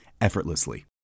effortlessly